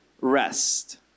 rest